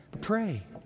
Pray